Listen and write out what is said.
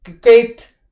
great